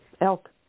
elk